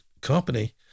company